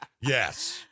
Yes